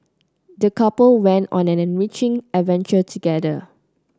the couple went on an enriching adventure together